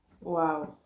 Wow